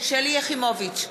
שלי יחימוביץ,